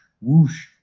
whoosh